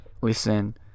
listen